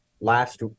last